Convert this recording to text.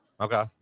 Okay